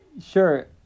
sure